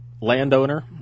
landowner